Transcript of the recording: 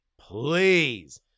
please